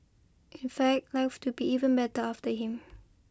in fact life to be even better after him